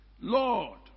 Lord